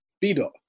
B-Dot